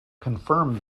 confirmed